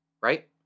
right